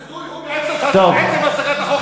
הביזוי הוא בעצם הצעת החוק הזאת.